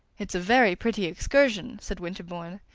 it's a very pretty excursion, said winterbourne,